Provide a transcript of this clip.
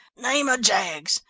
name of jaggs!